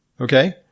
Okay